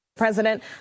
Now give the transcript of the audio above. President